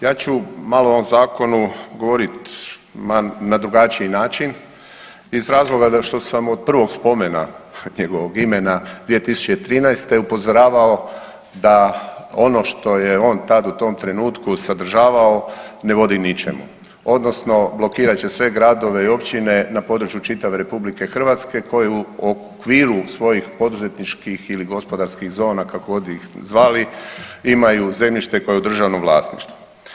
Ja ću malo o ovom Zakonu govoriti na drugačiji način iz razloga da što sam od prvog spomena njegovog imena 2013. upozoravao da ono što je on tad u tom trenutku sadržavao, ne vodi ničemu, odnosno blokirat će sve gradove i općine na području čitave RH koju u okviru svojih poduzetničkih ili gospodarskih zona, kako god ih zvali, imaju zemljište koje je u državnom vlasništvu.